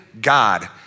God